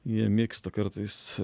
jie mėgsta kartais